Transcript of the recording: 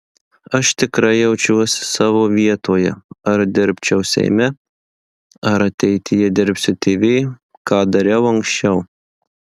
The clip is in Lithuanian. aš tikrai jaučiuosi savo vietoje ar dirbčiau seime ar ateityje dirbsiu tv ką dariau anksčiau